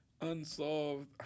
Unsolved